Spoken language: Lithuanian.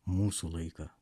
mūsų laiką